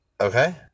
Okay